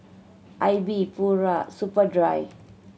Aibi Pura Superdry